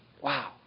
Wow